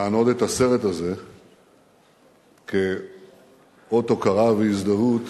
לענוד את הסרט הזה כאות הוקרה והזדהות.